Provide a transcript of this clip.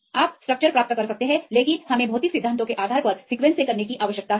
आप स्ट्रक्चर प्राप्त कर सकते हैं लेकिन हमें भौतिक सिद्धांतों के आधार पर सीक्वेंस से करने की आवश्यकता है